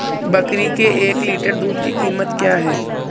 बकरी के एक लीटर दूध की कीमत क्या है?